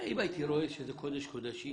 אם הייתי רואה שזה קודש קודשים